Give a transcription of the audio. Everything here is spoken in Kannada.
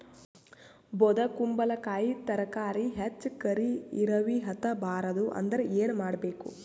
ಬೊದಕುಂಬಲಕಾಯಿ ತರಕಾರಿ ಹೆಚ್ಚ ಕರಿ ಇರವಿಹತ ಬಾರದು ಅಂದರ ಏನ ಮಾಡಬೇಕು?